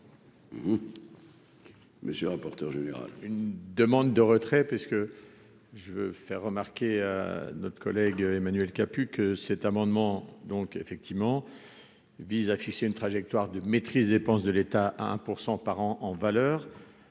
Monsieur le rapporteur général,